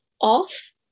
off